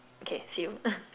okay see you